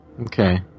Okay